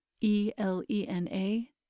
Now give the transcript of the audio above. E-L-E-N-A